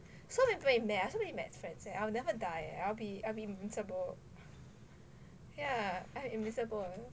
so many people in med I've so many med friends eh I will never die I'll be I'll be invisible yeah I'm invisible